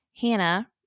Hannah